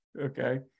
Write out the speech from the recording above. Okay